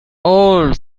all